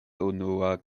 unua